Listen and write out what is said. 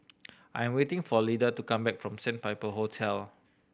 I'm waiting for Lida to come back from Sandpiper Hotel